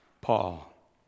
Paul